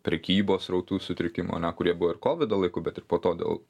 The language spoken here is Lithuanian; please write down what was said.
prekybos srautų sutrikimų ane kurie buvo ir kovido laiku bet ir po to dėl